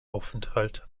aufenthalt